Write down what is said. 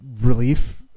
relief